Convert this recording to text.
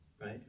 right